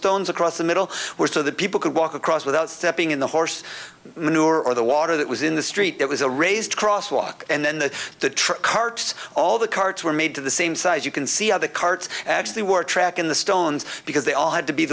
stones across the middle were so that people could walk across without stepping in the horse manure or the water that was in the street that was a raised cross walk and then the truck carts all the carts were made to the same size you can see on the carts actually were tracking the stones because they all had to be